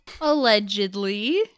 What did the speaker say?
Allegedly